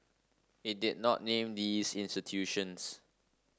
it did not name these institutions